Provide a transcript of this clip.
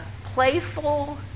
playful